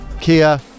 Kia